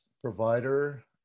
provider